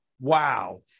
wow